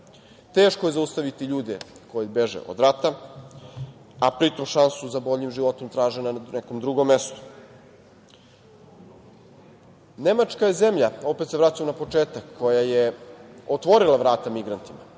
Teško je zaustaviti ljude koji beže od rata, a pritom šansu za boljim životom traže na nekom drugom mestu. Nemačka je zemlja, opet se vraćam na početak, koja je otvorila vrata migrantima.